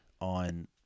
on